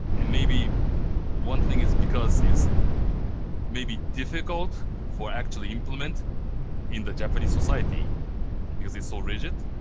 and maybe one thing is because it's maybe difficult for actually implement in the japanese society because it's so rigid.